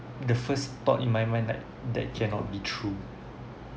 the first thought in my mind like that cannot be true